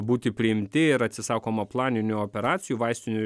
būti priimti ir atsisakoma planinių operacijų vaistinių